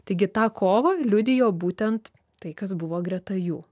taigi tą kovą liudijo būtent tai kas buvo greta jų